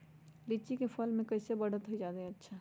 लिचि क फल म कईसे बढ़त होई जादे अच्छा?